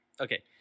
okay